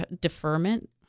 deferment